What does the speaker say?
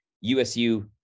USU